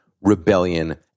rebellion